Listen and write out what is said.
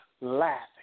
laughing